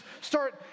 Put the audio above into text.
start